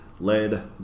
lead